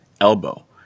elbow